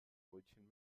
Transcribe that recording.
brötchen